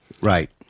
Right